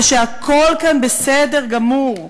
ושהכול כאן בסדר גמור.